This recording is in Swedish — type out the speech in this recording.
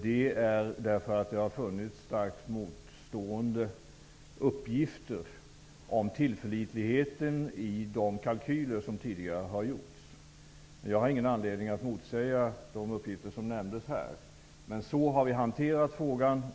Det har funnits starkt motstående uppgifter om tillförlitligheten i de kalkyler som tidigare har gjorts. Jag har ingen anledning att motsäga de uppgifter som nu nämndes. Så här har vi hanterat frågan.